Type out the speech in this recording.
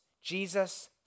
Jesus